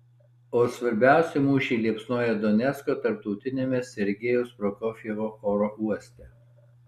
o svarbiausi mūšiai liepsnoja donecko tarptautiniame sergejaus prokofjevo oro uoste